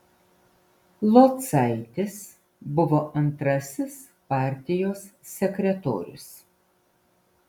locaitis buvo antrasis partijos sekretorius